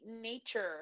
nature